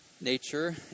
nature